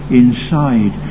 inside